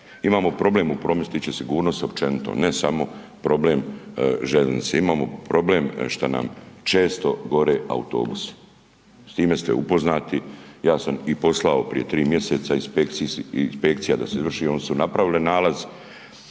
imamo problem u prometu što se tiče sigurnosti općenito. Ne samo problem željeznice, imamo problem šta nam često gore autobusi, s time ste upoznati. Ja sam i poslao prije tri mjeseca inspekcija da se izvrši i oni su napravili nalaz,